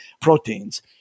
proteins